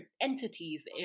entities